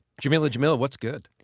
jameela jamil, what's good?